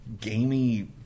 gamey